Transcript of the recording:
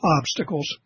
obstacles